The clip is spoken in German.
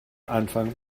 anfang